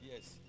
Yes